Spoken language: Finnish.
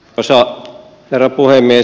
arvoisa herra puhemies